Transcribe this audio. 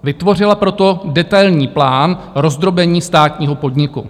Vytvořila proto detailní plán rozdrobení státního podniku.